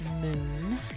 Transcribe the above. Moon